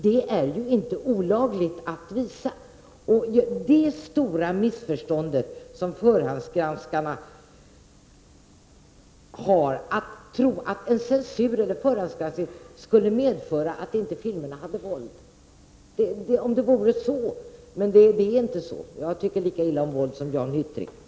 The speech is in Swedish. Det är ett missförstånd att, som förespråkarna för förhandsgranskning, tro att en censur eller förhandsgranskning skulle medföra att filmerna inte innehöll våld. Om det ändå vore så! Men så är det inte. Jag tycker lika illa om våld som Jan Hyttring.